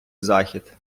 захід